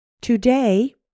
Today